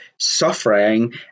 suffering